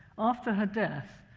after her death,